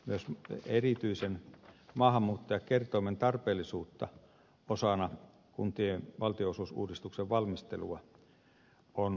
myös erityisen maahanmuuttajakertoimen tarpeellisuutta osana kuntien valtionosuusuudistuksen valmistelua on syytä selvittää